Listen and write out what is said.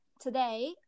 today